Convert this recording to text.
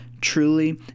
truly